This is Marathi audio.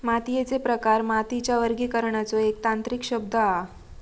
मातीयेचे प्रकार मातीच्या वर्गीकरणाचो एक तांत्रिक शब्द हा